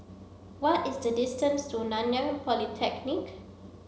what is the distance to Nanyang Polytechnic